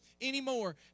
anymore